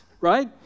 right